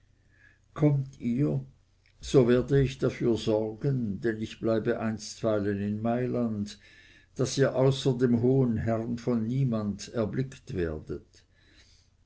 kommt ihr so werde ich dafür sorgen denn ich bleibe einstweilen in mailand daß ihr außer dem hohen herrn von niemand erblickt werdet